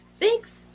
Thanks